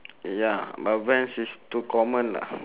ya but vans is too common lah